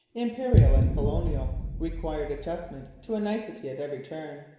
imperial and colonial required adjustment to a nicety at every turn,